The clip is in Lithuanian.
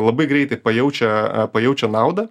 labai greitai pajaučia pajaučia naudą